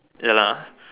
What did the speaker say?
ya lah